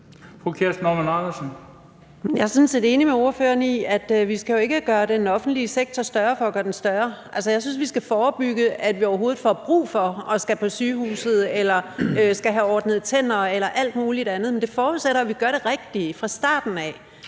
Jeg er sådan set enig med ordføreren i, at vi jo ikke skal gøre den offentlige sektor større for at gøre den større. Jeg synes, vi skal forebygge, at vi overhovedet får brug for at skulle på sygehuset eller skulle have ordnet tænder eller alt muligt andet. Men det forudsætter jo, at vi gør det rigtige fra starten af,